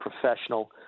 professional